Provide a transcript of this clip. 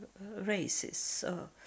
races